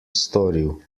storil